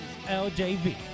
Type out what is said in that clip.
LJB